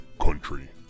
country